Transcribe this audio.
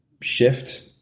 shift